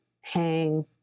hang